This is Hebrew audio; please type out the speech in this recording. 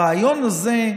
הרעיון הזה,